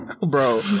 bro